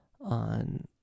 on